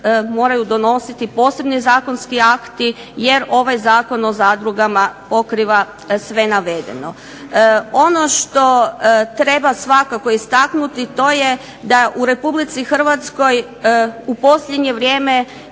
moraju donositi posebni zakonski akti, jer ovaj Zakon o zadrugama pokriva sve navedeno. Ono što treba svakako istaknuti to je da u RH u posljednje vrijeme